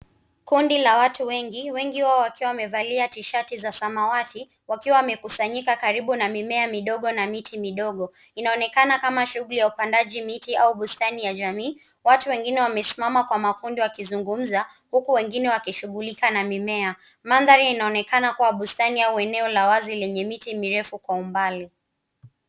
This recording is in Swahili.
Kundi la watu wengi, wengi wao wakiwa wamevalia tishati za samawati wakiwa wamekusanyika karibu na mimea midogo na miti midogo. Inaonekana kama shughuli ya upandaji miti au bustani ya jamii. Watu wengine wamesimama kwa makundi wakizungumza huku wengine wakishugulika na mimea. Mandhari inaonekana kuwa bustani au eneo la wazi lenye miti mirefu kwa umbali.